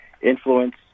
influence